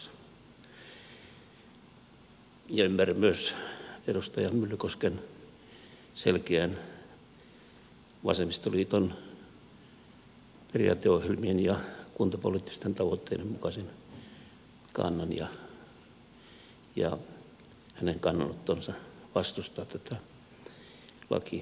ymmärrän myös edustaja myllykosken selkeän vasemmistoliiton periaateohjelmien ja kuntapoliittisten tavoitteiden mukaisen kannan ja hänen kannanottonsa vastustaa tätä lakiesitystä